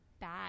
bad